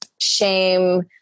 shame